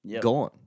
gone